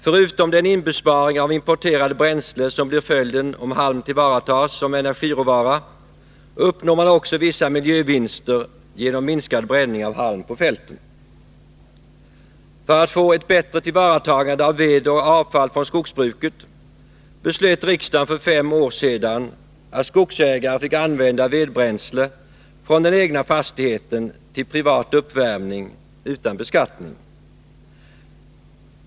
Förutom den inbesparing av importerade bränslen som blir följden om halm tillvaratas som energiråvara, uppnår man också vissa miljövinster genom minskad bränning av halm på fälten. För att få ett bättre tillvaratagande av ved och avfall från skogsbruket beslöt riksdagen för fem år sedan att skogsägare fick använda vedbränsle från den egna fastigheten till privat uppvärmning utan beskattning.